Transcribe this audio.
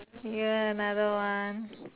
ya another one